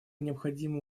необходимо